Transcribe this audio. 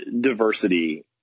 diversity